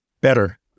better